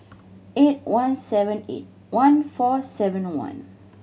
eight one seven eight one four seven one